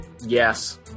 Yes